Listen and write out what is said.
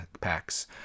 packs